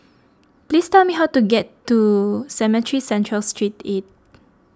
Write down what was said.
please tell me how to get to Cemetry Central Street eight